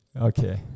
Okay